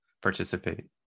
participate